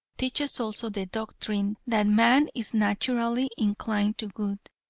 teaches also the doctrine that man is naturally inclined to good,